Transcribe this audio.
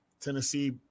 Tennessee